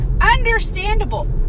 Understandable